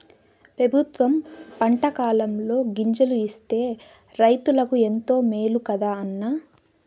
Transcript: పెబుత్వం పంటకాలంలో గింజలు ఇస్తే రైతులకు ఎంతో మేలు కదా అన్న